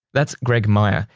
that's greg meyer.